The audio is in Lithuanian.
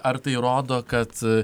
ar tai rodo kad